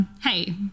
hey